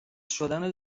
شدن